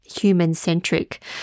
human-centric